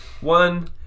One